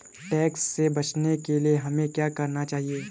Tax से बचने के लिए हमें क्या करना चाहिए?